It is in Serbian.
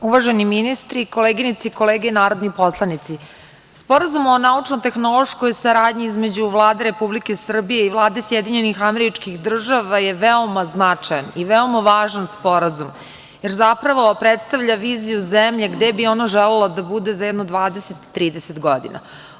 Uvaženi ministri, koleginice i kolege narodni poslanici, Sporazum o naučno-tehnološkoj saradnji između Vlade Republike Srbije i Vlade SAD je veoma značajan i veoma važan sporazum jer zapravo predstavlja viziju zemlje gde bi ona želela da bude za jedno 20, 30 godina.